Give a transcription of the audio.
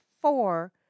four